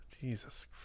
Jesus